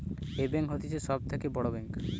এই ব্যাঙ্ক হতিছে সব থাকে বড় ব্যাঙ্ক